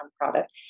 product